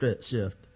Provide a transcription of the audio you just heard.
shift